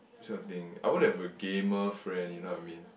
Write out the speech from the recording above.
this kind of thing I want to have a gamer friend you know what I mean